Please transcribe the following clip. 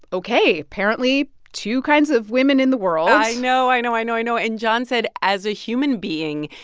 ok. apparently, two kinds of women in the world i know, i know, i know, i know. and john said as a human being,